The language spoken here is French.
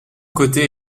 côté